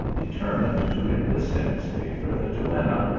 determined to enlist in his favour the duenna,